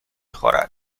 خورد